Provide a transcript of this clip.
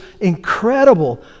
incredible